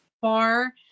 far